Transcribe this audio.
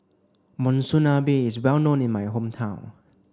Monsunabe is well known in my hometown